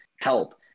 help